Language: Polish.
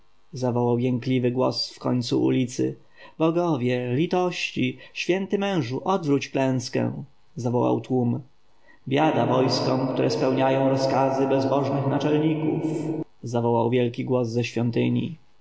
zawołał jękliwy głos w końcu ulicy bogowie litości święty mężu odwróć klęskę zawołał tłum biada wojskom które spełniają rozkazy bezbożnych naczelników zawołał wielki głos ze świątyni